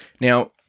Now